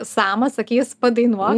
samas sakys padainuok